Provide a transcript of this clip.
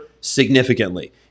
significantly